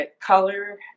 color